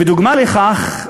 ודוגמה לכך,